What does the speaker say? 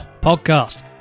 podcast